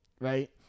right